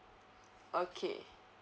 okay